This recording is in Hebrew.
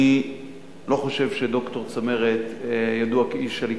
אני לא חושב שד"ר צמרת ידוע כאיש הליכוד,